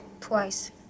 twice